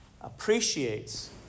appreciates